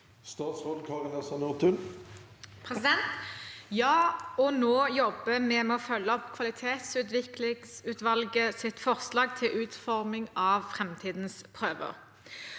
Statsråd Kari Nessa Nordtun Ja, og nå jobber vi med å følge opp kvalitetsutviklingsutvalgets forslag til utforming av framtidens prøver.